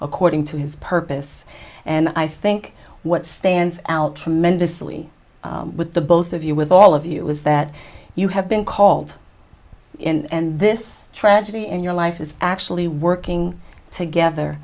according to his purpose and i think what stands out tremendously with the both of you with all of you is that you have been called and this tragedy in your life is actually working together